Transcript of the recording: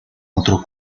otro